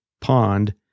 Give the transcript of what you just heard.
pond